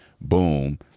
Boom